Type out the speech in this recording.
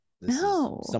No